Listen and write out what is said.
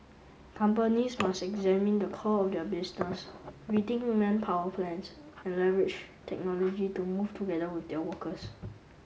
companies must examine the core of their business rethink manpower plans and leverage technology to move together with their workers